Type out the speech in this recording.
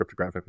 cryptographically